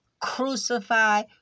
crucify